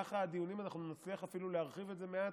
שבמהלך הדיונים אנחנו נצליח אפילו להרחיב את זה מעט,